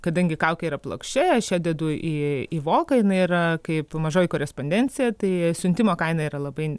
kadangi kaukė yra plokščia aš ją dedu į į voką jinai yra kaip mažoji korespondencija tai siuntimo kaina yra labai